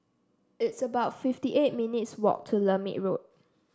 it's about fifty eight minutes' walk to Lermit Road